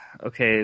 okay